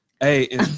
Hey